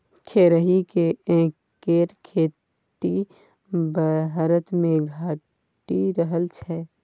खेरही केर खेती भारतमे घटि रहल छै